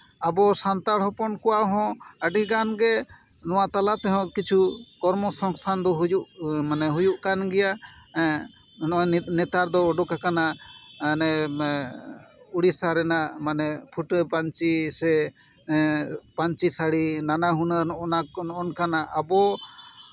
ᱟᱵᱚ ᱥᱟᱱᱛᱟᱲ ᱦᱚᱯᱚᱱ ᱠᱚᱣᱟᱜ ᱦᱚᱸ ᱟᱹᱰᱤᱜᱟᱱ ᱜᱮ ᱱᱚᱣᱟ ᱛᱟᱞᱟ ᱛᱮᱦᱚᱸ ᱠᱤᱪᱷᱩ ᱠᱚᱨᱢᱚ ᱥᱚᱝᱥᱛᱷᱟᱱ ᱫᱚ ᱦᱩᱭᱩᱜ ᱢᱟᱱᱮ ᱦᱩᱭᱩᱜ ᱠᱟᱱ ᱜᱮᱭᱟ ᱱᱮᱛᱟᱨ ᱫᱚ ᱩᱰᱩᱠ ᱟᱠᱟᱱᱟ ᱦᱟᱱᱮ ᱩᱲᱤᱥᱥᱟ ᱨᱮᱱᱟᱜ ᱢᱟᱱᱮ ᱯᱷᱩᱴᱟᱹ ᱯᱟᱹᱧᱪᱤ ᱥᱮ ᱯᱟᱹᱧᱪᱤ ᱥᱟᱹᱲᱤ ᱱᱟᱱᱟ ᱦᱩᱱᱟᱹᱨ ᱚᱱᱟ ᱠᱚ ᱱᱚᱝᱠᱟᱱᱟᱜ ᱟᱵᱚ